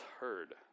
heard